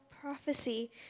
prophecy